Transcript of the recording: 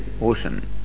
ocean